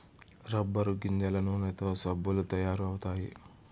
rubber గింజల నూనెతో సబ్బులు తయారు అవుతాయి